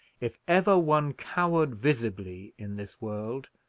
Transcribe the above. if ever one cowered visibly in this world,